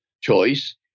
choice